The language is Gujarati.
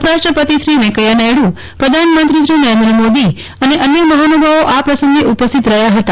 ઉપરાષ્ટ્રપતિ વેકૈયા નાયડુ પ્રધાનમંત્રી નરેન્દ્ર મોદી અને અન્ય મહાનુભાવો આ પ્રસંગે ઉપસ્થિત રહ્યા હતા